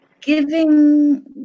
giving